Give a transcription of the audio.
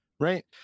Right